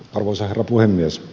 arvoisa herra puhemies